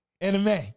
anime